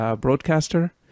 broadcaster